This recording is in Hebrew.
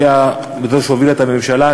היא שהובילה את הממשלה,